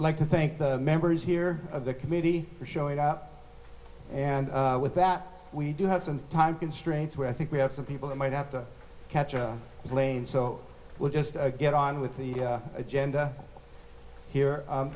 like to thank the members here of the committee for showing up and with that we do have some time constraints where i think we have some people that might have to catch a plane so we'll just get on with the agenda here